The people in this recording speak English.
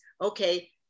Okay